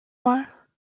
mal